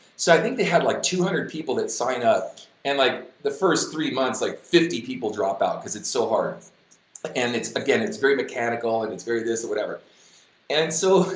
so i think they had like two hundred people that sign up and like the first three months like fifty people drop out because it's so hard and it's again, it's very mechanical and it's very this or whatever and so